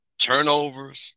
Turnovers